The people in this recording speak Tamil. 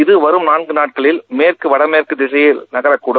இது வரும் நான்கு நாட்களில் மேற்கு வடமேற்கு திசையில் நகரக்கடும்